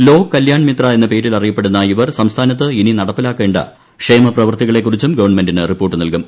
ലോക് കല്യാൺമിത്ര എന്ന പേരിൽ അറിയപ്പെടുന്ന ഇവർ സംസ്ഥാനത്ത് ഇനി നടപ്പിലാക്കേണ്ട ക്ഷേമപ്രവൃത്തികളെ കുറിച്ചും ഗവൺമെന്റിന് റിപ്പോർട്ട് നൽകും